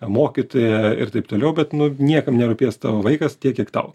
mokytoją ir taip toliau bet niekam nerūpės tavo vaikas tiek kiek tau